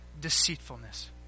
deceitfulness